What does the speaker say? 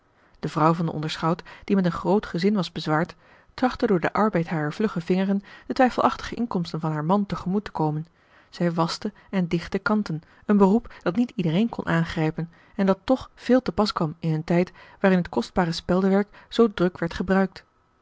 de vrouw van den onderschout die met een groot gezin was bezwaard trachtte door den arbeid harer vlugge vingeren de twijfelachtige inkomsten van haar man te gemoet te komen zij waschte en dichtte kanten een beroep dat niet iedereen kon aangrijpen en dat toch veel te pas kwam in een tijd waarin het kostbare speldewerk zoo druk werd gebruikt